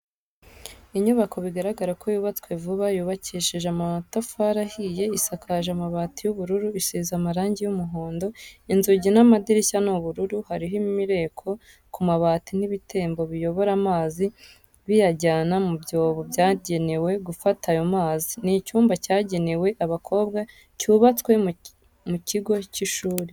Inyubako bigaragara ko yubatswe vuba yubakishije amatafari ahiye isakaje amabati y'ubururu isize amarangi y'umuhondo inzugi n'amadirishya ni ubururu, hariho imireko ku mabati n'ibitembo biyobora amazi biyajyana mu byobo byagenewe gufata ayo mazi, ni icyumba cyagenewe abakobwa cyubatswe mu kigo cy'ishuri.